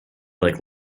like